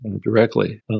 directly